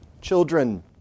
Children